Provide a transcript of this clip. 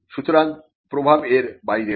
সুতরাং প্রভাব এর বাইরেও